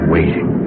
Waiting